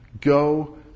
Go